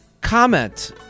Comment